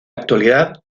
actualidad